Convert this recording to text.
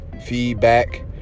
Feedback